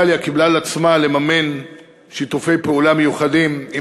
איטליה קיבלה על עצמה לממן שיתופי פעולה מיוחדים עם